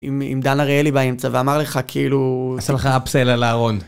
עם דן אריאלי באמצע, ואמר לך כאילו... עשה לך אפסל על הארון.